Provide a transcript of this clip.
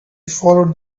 followed